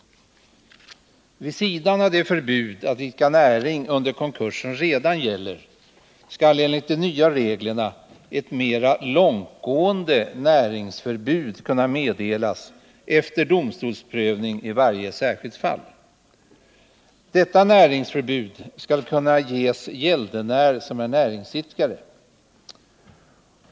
Vid sidan av det förbud att idka näring under konkursen som redan gäller skall enligt de nya reglerna ett mer långtgående näringsförbud kunna meddelas efter domstolsprövning i varje särskilt fall. Detta näringsförbud skall kunna meddelas gäldenär som är näringsidkare.